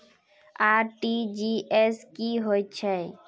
RTGS की होचए?